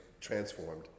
transformed